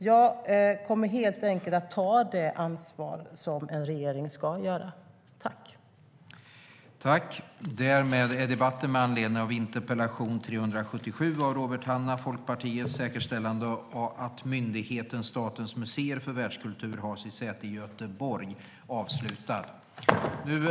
Jag kommer helt enkelt att ta det ansvar som en regering ska ta.